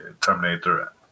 Terminator